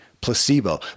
placebo